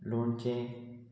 लोणचें